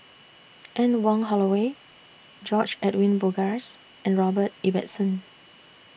Anne Wong Holloway George Edwin Bogaars and Robert Ibbetson